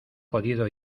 podido